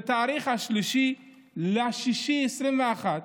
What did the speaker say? בתאריך 3 ביוני 2021,